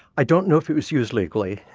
i don't know if it was used legally.